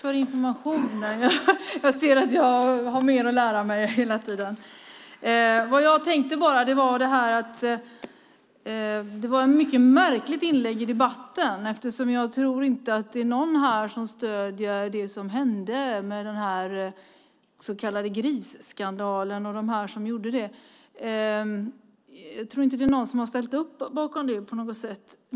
Herr talman! Det var ett mycket märkligt inlägg i debatten. Jag tror inte att det är någon här som stöder det som hände i denna så kallade grisskandal. Jag tror inte att det är någon som har ställt sig bakom det på något sätt.